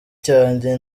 cyanjye